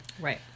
Right